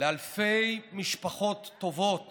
לאלפי משפחות טובות